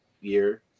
year